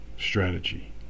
strategy